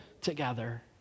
together